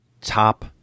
top